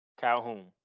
Calhoun